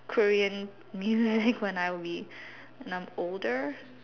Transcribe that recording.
Korean music when I will be when I am older